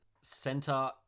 center